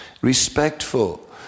respectful